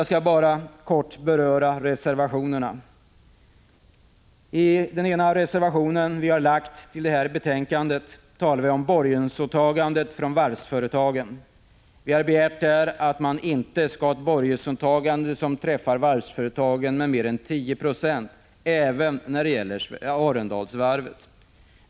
Jag skall kort beröra reservationerna. I en av de reservationer som vi har fogat till det här betänkandet skriver vi om borgensåtagandet från varvsföretagen. Vi har begärt att man inte skall ha något borgensåtagande som drabbar varvsföretagen med mer än 10 96, även när det gäller Arendalsvarvet.